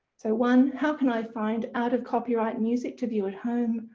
so one how can i find out of copyright music to view at home?